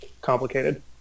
complicated